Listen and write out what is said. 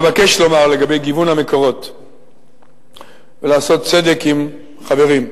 אבקש לומר לגבי גיוון המקורות ולעשות צדק עם חברים,